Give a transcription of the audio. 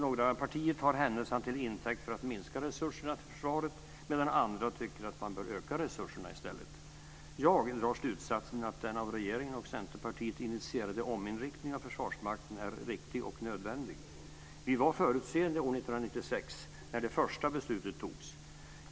Några partier tar händelserna till intäkt för att minska resurserna till försvaret, medan andra tycker att man i stället bör öka resurserna. Jag drar slutsatsen att den av regeringen och Centerpartiet initierade ominriktningen av Försvarsmakten är riktig och nödvändig. Vi var förutseende år 1996 när det första beslutet fattades.